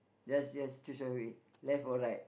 let's just choose your way left or right